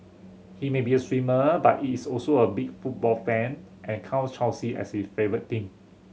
he may be a swimmer but he is also a big football fan and counts Chelsea as his favourite team